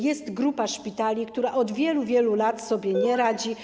Jest grupa szpitali, która od wielu, wielu lat sobie nie radzi.